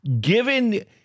given